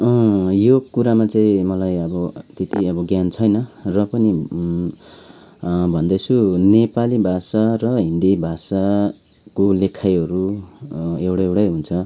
अँ यो कुरामा चाहिँ मलाई अब त्यति ज्ञान छैन र पनि भन्दैछु नेपाली भाषा र हिन्दी भाषाको लेखाईहरू एउटै एउटै हुन्छ